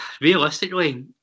Realistically